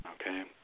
Okay